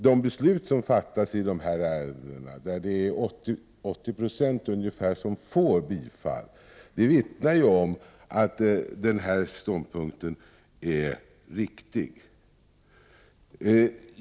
De beslut som fattas i dessa ärenden — ungefär 80 90 bifalles — vittnar ju om att denna ståndpunkt är riktig.